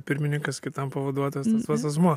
pirmininkas kitam pavaduotas tas pats asmuo